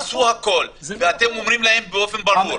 עשו הכל, ואתם אומרים להם באופן ברור: